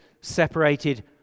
separated